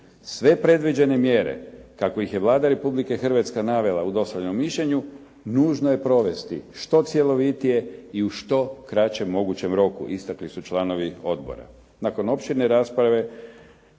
Sve predviđene mjere, kako ih je Vlada Republike Hrvatske navela u dostavljenom mišljenju nužno je provesti što cjelovitije i u što kraćem mogućem roku, istakli su članovi odbora. Nakon opširne rasprave